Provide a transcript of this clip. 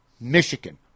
Michigan